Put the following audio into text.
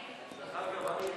להם.